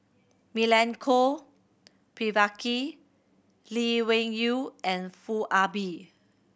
Milenko Prvacki Lee Wung Yew and Foo Ah Bee